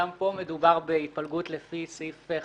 גם פה מדובר בהתפלגות לפי סעיף 59(2)